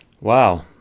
Wow